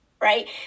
right